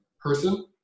person